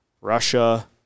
Russia